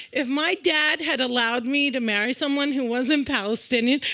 if my dad had allowed me to marry someone who wasn't palestinian,